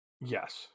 Yes